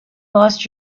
lost